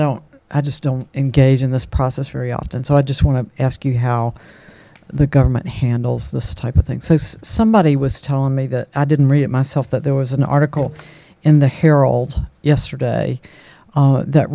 don't i just don't engage in this process very often so i just want to ask you how the government handles this type of thing so somebody was telling me that i didn't read it myself that there was an article in the herald yesterday that